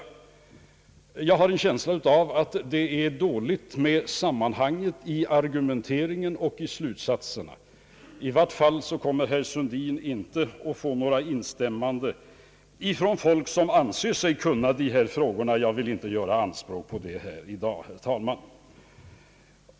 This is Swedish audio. Jag har en känsla av att det är dåligt med sammanhanget i argumenteringen och slutsatserna. I vart fall kommer herr Sundin inte att få några instämmanden från folk som anser sig kunna dessa frågor. Jag vill inte göra anspråk på det här i dag, herr talman!